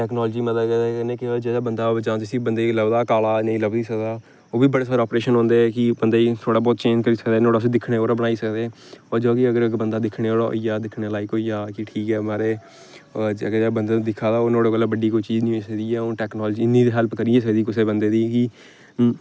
technology दी मदद कन्नै केह् होएआ जेह्ड़ा बंदा होंदा जां जिसी बंदे गी लभदा काला नेईं लब्भी सकदा ओह् बी बड़े सारे अप्रेशन होंदे कि बंदे गी थ्होड़ा बौह्त चेंज़ करी सकदा नुहाड़ी उसी दिक्खने ओड़ा बनाई सकदे होर जो बी अगर बंदा दिक्खने जोड़ा होई जा दिक्खने लाइक होई जा ठीक ऐ महाराज अगर बंदा दिक्खा दा होग नुहाड़े कोला बड्डी कोई चीज निं होई सकदी इ'यै हून टैकनालजी इन्नी ते हैल्प करी गै सकदी कुसै बंदे दी कि